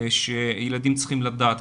היסטוריה שילדים צריכים לדעת,